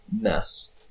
mess